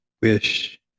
wish